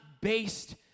based